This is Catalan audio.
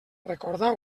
recorda